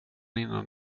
innan